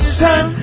sun